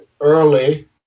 early